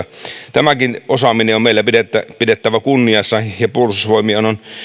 tämäkin osaaminen on meillä pidettävä pidettävä kunniassa ja puolustusvoimien on